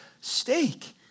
steak